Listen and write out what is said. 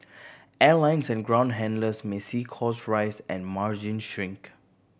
airlines and ground handlers may see costs rise and margins shrink